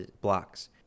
blocks